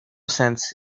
cents